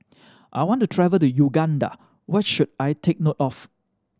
I want to travel to Uganda what should I take note of